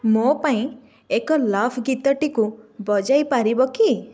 ମୋ ପାଇଁ ଏକ ଲଭ୍ ଗୀତଟିକୁ ବଜାଇ ପାରିବ କି